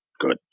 good